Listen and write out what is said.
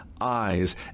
eyes